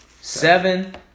Seven